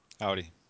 Howdy